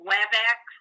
WebEx